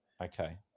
Okay